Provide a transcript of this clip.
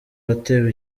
watewe